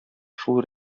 шул